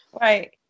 right